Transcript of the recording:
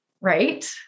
Right